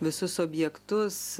visus objektus